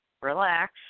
relax